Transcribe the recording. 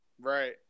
Right